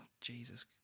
Jesus